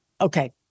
okay